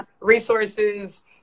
resources